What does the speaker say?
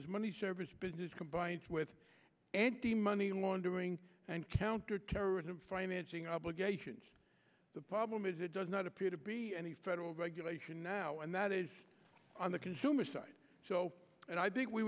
uniforms money service business combined with the money laundering and counterterrorism financing obligations the problem is it does not appear to be any federal regulation now and that is on the consumer side so and i think we